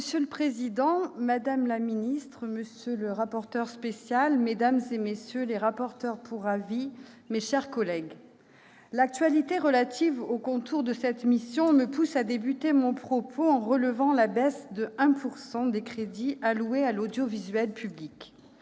Monsieur le président, madame la ministre, monsieur le rapporteur spécial, mesdames, messieurs les rapporteurs pour avis, mes chers collègues, l'actualité relative aux contours de cette mission me pousse à commencer mon propos en relevant la baisse de 1 % des crédits alloués à l'audiovisuel public.